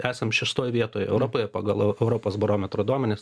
esam šeštoj vietoj europoje pagal europos barometro duomenis